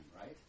right